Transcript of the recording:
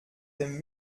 dem